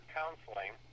counseling